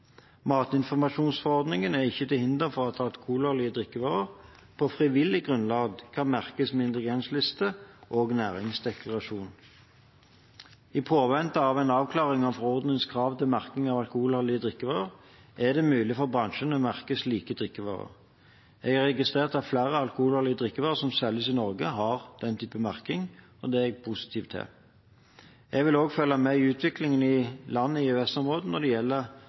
Matinformasjonsforordningen er ikke til hinder for at alkoholholdige drikkevarer på frivillig grunnlag kan merkes med ingrediensliste og næringsdeklarasjon. I påvente av en avklaring av forordningens krav til merking av alkoholholdige drikkevarer er det mulig for bransjen å merke slike drikkevarer. Jeg har registrert at flere alkoholholdige drikkevarer som selges i Norge, har den type merking, og det er jeg positiv til. Jeg vil også følge med i utviklingen i land i EØS-området når det